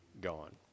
gone